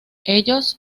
ellos